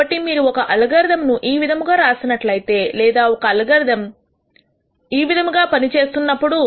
కాబట్టి మీరు ఒక అల్గారిథం ఈ విధముగా రాసినట్లైతే లేదా ఒక అల్గారిథం ఈ విధముగా పనిచేస్తున్నప్పుడు